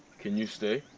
can you stay?